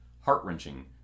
heart-wrenching